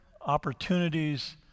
opportunities